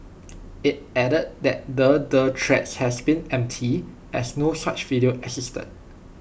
IT added that the the threats has been empty as no such video existed